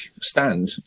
stand